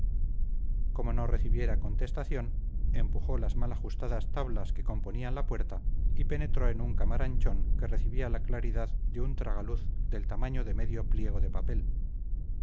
como no recibiera contestación empujó las mal ajustadas tablas que componían la puerta y penetró en un camaranchón que recibía la claridad de un tragaluz del tamaño de medio pliego de papel